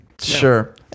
sure